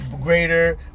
greater